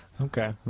Okay